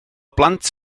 blant